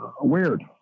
weird